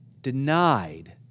denied